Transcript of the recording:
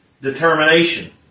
determination